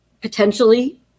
potentially